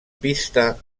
pista